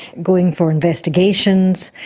going for investigations.